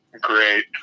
great